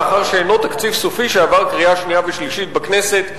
מאחר שאין זה תקציב סופי שעבר קריאה שנייה ושלישית בכנסת.